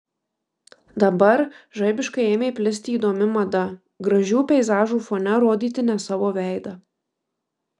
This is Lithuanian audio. dabar žaibiškai ėmė plisti įdomi mada gražių peizažų fone rodyti ne savo veidą